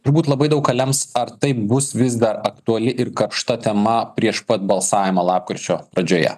turbūt labai daug ką lems ar tai bus vis dar aktuali ir karšta tema prieš pat balsavimą lapkričio pradžioje